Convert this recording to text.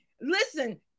Listen